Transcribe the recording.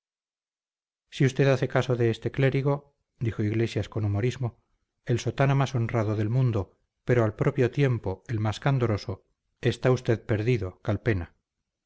hace usted caso de este clérigo dijo iglesias con humorismo el sotana más honrado del mundo pero al propio tiempo el más candoroso está usted perdido calpena